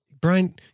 Brian